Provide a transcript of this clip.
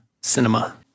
cinema